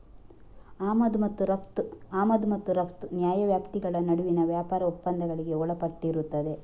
ಆಮದು ಮತ್ತು ರಫ್ತು ಆಮದು ಮತ್ತು ರಫ್ತು ನ್ಯಾಯವ್ಯಾಪ್ತಿಗಳ ನಡುವಿನ ವ್ಯಾಪಾರ ಒಪ್ಪಂದಗಳಿಗೆ ಒಳಪಟ್ಟಿರುತ್ತದೆ